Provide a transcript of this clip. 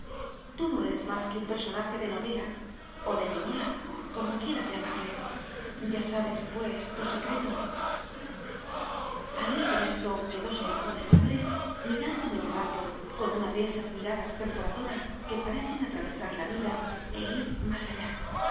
tú no eres más que un personaje de novela o de nivola o como quieras llamarle ya sabes pues tu secreto al oir esto quedóse el pobre hombre mirándome un rato con una de esas miradas perforadoras que parecen atravesar la mira e ir más allá